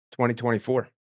2024